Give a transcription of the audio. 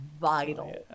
vital